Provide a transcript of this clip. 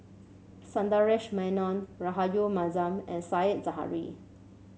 Sundaresh Menon Rahayu Mahzam and Said Zahari